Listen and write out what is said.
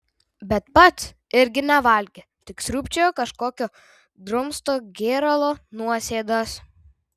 bet pats irgi nevalgė tik sriūbčiojo kažkokio drumsto gėralo nuosėdas